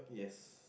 yes